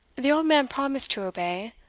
the old man promised to obey.